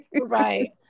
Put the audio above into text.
Right